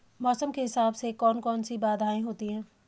मौसम के हिसाब से कौन कौन सी बाधाएं होती हैं?